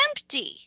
empty